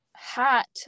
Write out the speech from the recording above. hat